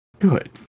Good